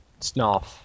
snarf